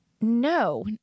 No